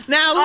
Now